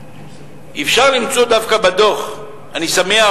אפשר למצוא דווקא בדוח, אני שמח